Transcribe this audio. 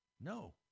no